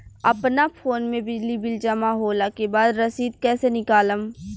अपना फोन मे बिजली बिल जमा होला के बाद रसीद कैसे निकालम?